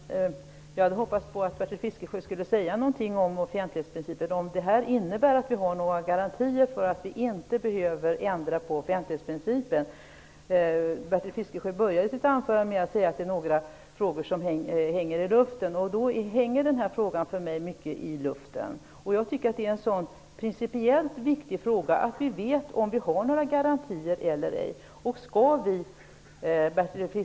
Herr talman! Jag hade hoppats att Bertil Fiskesjö skulle säga någonting om offentlighetsprincipen. Innebär detta några garantier för att vi inte behöver ändra på offentlighetsprincipen? Bertil Fiskesjö inledde sitt anförande med att säga att det är några frågor som hänger i luften, och den här frågan hänger mycket i luften. Att veta om vi har nåra garantier eller ej är en principiellt viktig fråga.